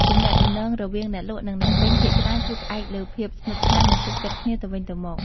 ទំនាក់ទំនងរវាងអ្នកលក់និងអ្នកទិញភាគច្រើនគឺផ្អែកលើភាពស្និទ្ធស្នាល និងទុកចិត្តគ្នាទៅវិញទៅមក។